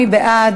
מי בעד?